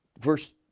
verse